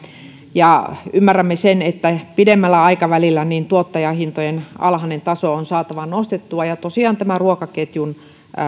ymmärrämme sen että pidemmällä aikavälillä tuottajahintojen alhainen taso on saatava nostettua ja tosiaan myöskin tämän ruokaketjun